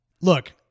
look